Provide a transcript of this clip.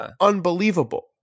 unbelievable